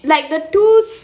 like the two